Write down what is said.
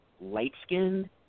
light-skinned